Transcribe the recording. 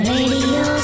Radio